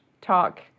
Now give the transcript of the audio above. talk